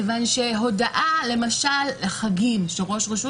מכיוון שהודעה למשל לחגים שראש רשות